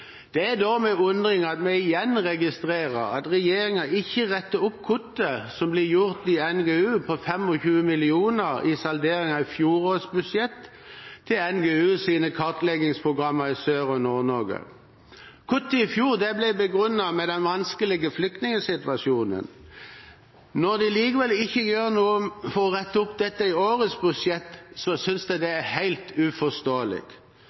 da med undring at vi igjen registrerer at regjeringen ikke retter opp kuttet på 25 mill. kr som ble gjort i NGU i salderingen av fjorårets budsjett, i NGUs kartleggingsprogrammer i Sør- og Nord-Norge. Kuttet i fjor ble begrunnet med den vanskelige flyktningsituasjonen. Når de likevel ikke gjør noe for å rette opp dette i årets budsjett, synes jeg det er helt uforståelig.